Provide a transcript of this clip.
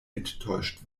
enttäuscht